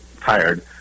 tired